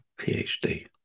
PhD